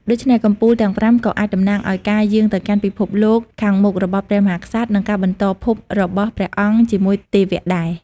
ដូច្នេះ កំពូលទាំងប្រាំក៏អាចតំណាងឲ្យការយាងទៅកាន់ពិភពលោកខាងមុខរបស់ព្រះមហាក្សត្រ និងការបន្តភពរបស់ព្រះអង្គជាមួយទេវៈដែរ។